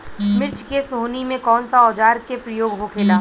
मिर्च के सोहनी में कौन सा औजार के प्रयोग होखेला?